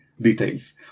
details